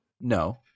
no